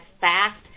fast